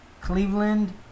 Cleveland